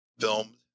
filmed